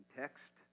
text